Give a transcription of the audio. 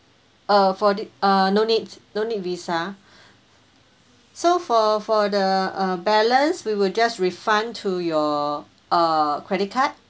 uh for the uh no need no need visa so for for the uh balance we will just refund to your uh credit card